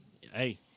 hey